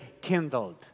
kindled